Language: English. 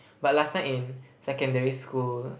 but last time in secondary school